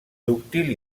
dúctil